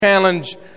challenge